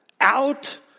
out